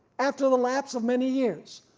after the lapse of many years,